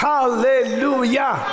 Hallelujah